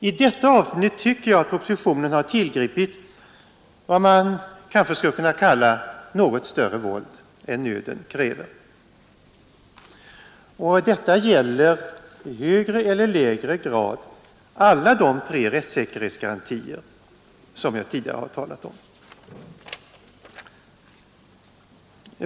I detta avseende tycker jag propositionen har tillgripit vad man kanske skulle kunna kalla något större våld än nöden kräver. Detta gäller i högre eller lägre grad alla de tre rättssäkerhetsgarantier som jag tidigare talat om.